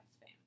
fame